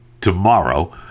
tomorrow